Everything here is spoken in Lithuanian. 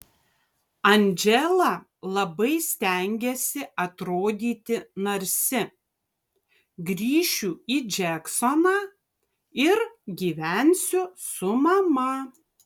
andžela labai stengiasi atrodyti narsi grįšiu į džeksoną ir gyvensiu su mama